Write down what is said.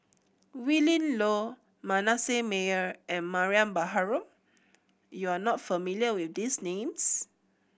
Willin Low Manasseh Meyer and Mariam Baharom you are not familiar with these names